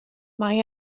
mae